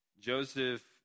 Joseph